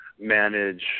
Manage